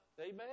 amen